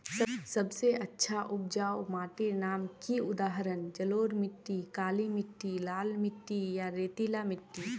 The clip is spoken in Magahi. सबसे अच्छा उपजाऊ माटिर नाम की उदाहरण जलोढ़ मिट्टी, काली मिटटी, लाल मिटटी या रेतीला मिट्टी?